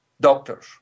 doctors